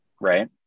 right